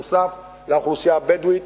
נוסף על האוכלוסייה הבדואית.